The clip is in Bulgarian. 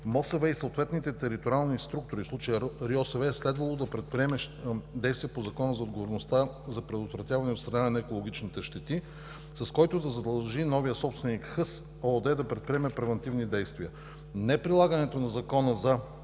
МОСВ и съответните териториални структури, в случая РИОСВ, е следвало да предприемат действия по Закона за отговорността за предотвратяване и отстраняване на екологичните щети, с който да задължи новия собственик „Хъс“ ООД да предприеме превантивни действия. Неприлагането на Закона за